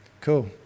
Cool